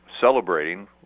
celebrating